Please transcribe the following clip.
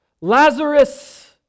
Lazarus